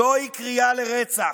זוהי קריאה לרצח.